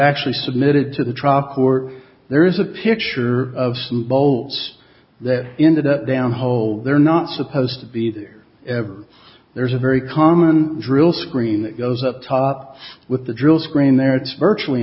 actually submitted to the trop were there is a picture of some bolts that ended up down hole they're not supposed to be there ever there's a very common drill screen that goes up top with the drill screen there it's virtually